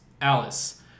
Alice